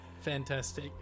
fantastic